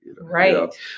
right